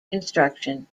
construction